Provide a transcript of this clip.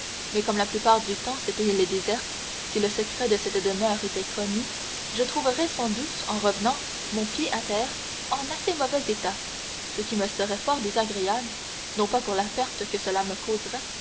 mais comme la plupart du temps cette île est déserte si le secret de cette demeure était connu je trouverais sans doute en revenant mon pied-à-terre en assez mauvais état ce qui me serait fort désagréable non pas pour la perte que cela me causerait